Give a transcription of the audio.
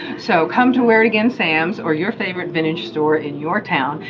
so come to wear it again sam's, or your favorite vintage store in your town,